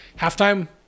Halftime